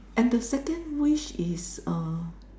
and the second wish is uh